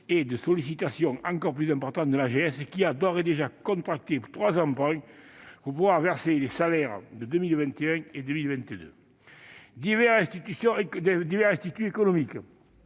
une sollicitation encore plus importante de l'AGS, qui a d'ores et déjà contracté trois emprunts pour pouvoir verser les salaires de 2021 et 2022. Divers instituts économiques